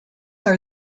are